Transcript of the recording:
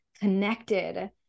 connected